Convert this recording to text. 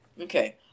Okay